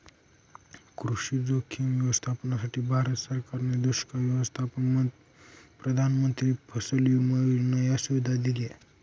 कृषी जोखीम व्यवस्थापनासाठी, भारत सरकारने दुष्काळ व्यवस्थापन, प्रधानमंत्री फसल विमा योजना या सुविधा दिल्या